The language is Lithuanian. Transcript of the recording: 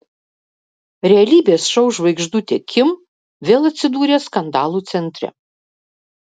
realybės šou žvaigždutė kim vėl atsidūrė skandalų centre